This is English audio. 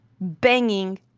banging